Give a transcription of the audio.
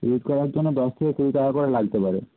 edit করার জন্য দশ থেকে কুড়ি টাকা করে লাগতে পারে